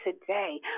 today